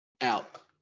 out